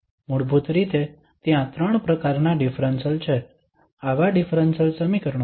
મૂળભૂત રીતે ત્યાં ત્રણ પ્રકારનાં ડિફરન્સલ છે આવા ડિફરન્સલ સમીકરણો